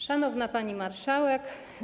Szanowna Pani Marszałek!